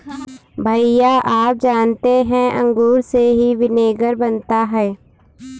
भैया आप जानते हैं अंगूर से ही विनेगर बनता है